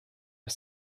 are